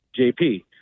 JP